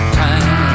time